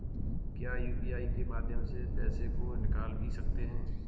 क्या यू.पी.आई के माध्यम से पैसे को निकाल भी सकते हैं?